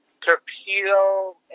torpedo